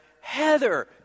Heather